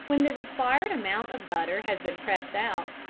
when the required amount of butter has been pressed out,